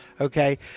okay